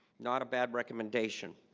not a bad recommendation.